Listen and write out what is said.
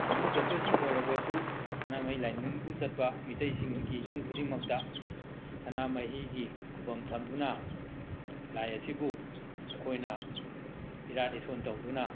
ꯍꯤꯟꯗꯨ ꯆꯠꯄꯁꯤꯡ ꯑꯣꯏꯔꯕꯁꯨ ꯁꯅꯥꯃꯍꯤ ꯂꯥꯏꯅꯤꯡꯕꯨ ꯆꯠꯄ ꯃꯤꯇꯩꯁꯤꯡꯒꯤ ꯌꯨꯝ ꯈꯨꯗꯤꯡꯃꯛꯇ ꯁꯅꯥꯃꯍꯤꯒꯤ ꯈꯨꯕꯝ ꯊꯝꯗꯨꯅ ꯂꯥꯏ ꯑꯁꯤꯕꯨ ꯑꯩꯈꯣꯏꯅ ꯏꯔꯥꯠ ꯏꯁꯣꯟ ꯇꯧꯗꯨꯅ